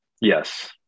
Yes